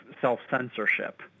self-censorship